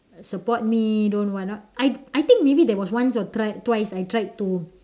support me don't what not I I think maybe there was once or thrice twice I tried to